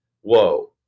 whoa